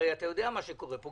אתה יודע מה קורה פה.